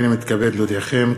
הנני מתכבד להודיעכם,